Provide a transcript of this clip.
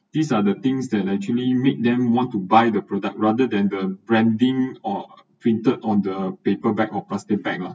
these are the things that actually makes them want to buy the product rather than the branding or printed on the paper bag or plastic bag lah